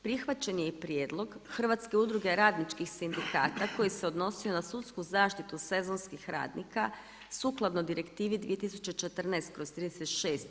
Prihvaćen je i prijedlog Hrvatske udruge radničkih sindikata koji se odnosi na sudsku zaštitu sezonskih radnika sukladno Direktivi 2014/